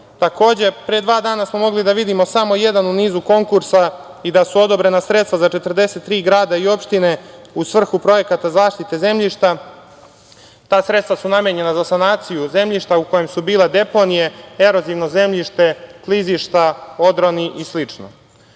problem. Pre dva dana smo mogli da vidimo samo jedan u nizu konkursa i da su odobrena sredstva za 43 grada i opštine u svrhu projekata zaštite zemljišta. Ta sredstva su namenjena za sanaciju zemljišta u kojem su bile deponije, erozivno zemljište, klizišta, odroni i